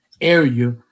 area